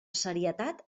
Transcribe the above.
serietat